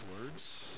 words